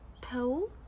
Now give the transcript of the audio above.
pole